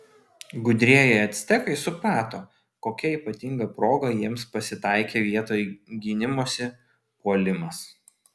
gudrieji actekai suprato kokia ypatinga proga jiems pasitaikė vietoj gynimosi puolimas